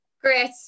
great